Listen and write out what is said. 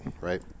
right